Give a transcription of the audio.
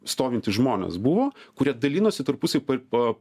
stovintys žmonės buvo kurie dalinosi tarpusavyj pa